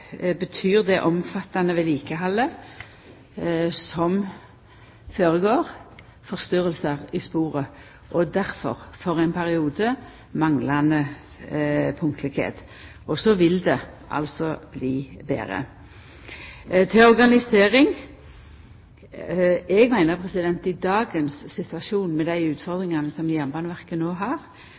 betyr det omfattande vedlikehaldet som føregår, forstyrringar i sporet. Difor er det for ein periode manglande punktlegskap. Så vil det bli betre. Når det gjeld organisering: Eg meiner at i dagens situasjon med dei utfordringane som Jernbaneverket no har,